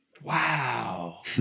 Wow